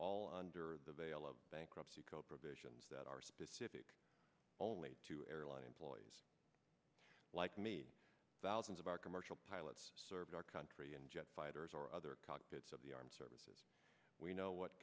all under the veil of bankruptcy code provisions that are specific only to airline employees like me thousands of our commercial pilots served our country in jet fighters or other cockpits of the armed services we know what